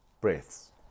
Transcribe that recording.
breaths